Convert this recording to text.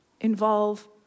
involve